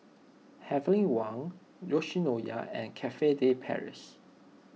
Heavenly Wang Yoshinoya and Cafe De Paris